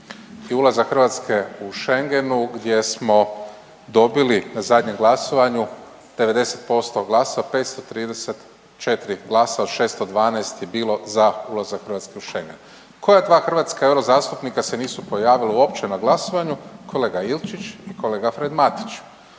ulazak Hrvatske u Schengenu gdje smo dobili na zadnjem glasovanju 90% glasa 534 glasa od 612 je bilo za ulazak Hrvatske u Schengen. Koja dva hrvatska eurozastupnika se nisu pojavila uopće na glasovanju? Kolega Ilčić i kolega Fred Matić.